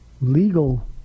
legal